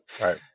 Right